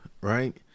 right